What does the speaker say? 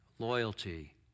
Loyalty